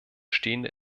stehende